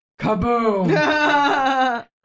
kaboom